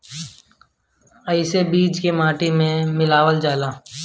एसे बीज के माटी में मिलावल जाला